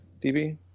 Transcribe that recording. db